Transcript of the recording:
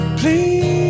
please